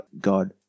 God